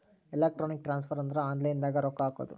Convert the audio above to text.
electronic transfer ಅಂದ್ರ online ದಾಗ ರೊಕ್ಕ ಹಾಕೋದು